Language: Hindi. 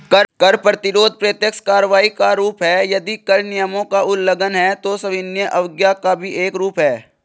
कर प्रतिरोध प्रत्यक्ष कार्रवाई का रूप है, यदि कर नियमों का उल्लंघन है, तो सविनय अवज्ञा का भी एक रूप है